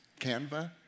Canva